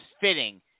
fitting